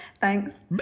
Thanks